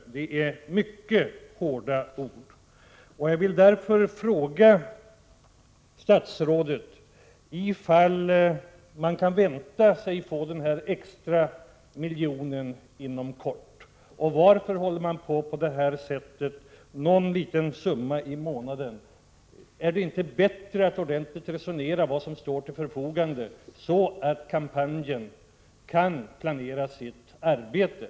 Det är mycket hårda ord. Jag vill fråga statsrådet om man kan vänta sig att få denna extra miljon inom kort. Varför går man till väga på det här sättet och avsätter någon liten summa i månaden? Är det inte bättre att ordentligt resonera om vad som står 21 till förfogande, så att kampanjen kan planera sitt arbete?